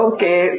Okay